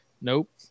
Nope